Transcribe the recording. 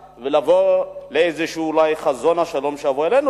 ולבוא אולי לאיזה חזון של השלום שיבוא עלינו.